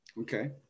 Okay